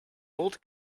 old